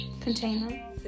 container